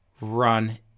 run